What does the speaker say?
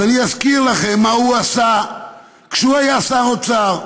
אז אני אזכיר לכם מה הוא עשה כשהוא היה שר האוצר,